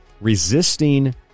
resisting